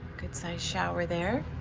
good size shower there.